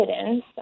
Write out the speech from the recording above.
evidence